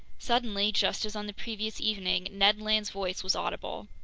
suddenly, just as on the previous evening, ned land's voice was audible.